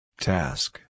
Task